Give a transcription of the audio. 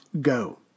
go